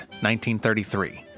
1933